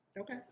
Okay